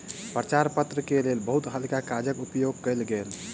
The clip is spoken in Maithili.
प्रचार पत्र के लेल बहुत हल्का कागजक उपयोग कयल गेल